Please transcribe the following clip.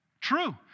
True